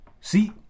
See